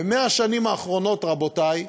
ב-100 השנים האחרונות, רבותי,